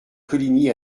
coligny